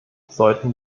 sollten